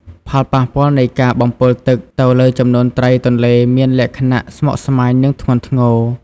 ផលប៉ះពាល់នៃការបំពុលទឹកទៅលើចំនួនត្រីទន្លេមានលក្ខណៈស្មុគស្មាញ និងធ្ងន់ធ្ងរ។